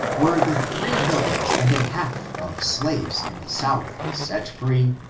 were the three millions and a half of slaveo in the south set free,